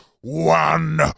One